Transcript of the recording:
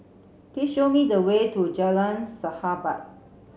please show me the way to Jalan Sahabat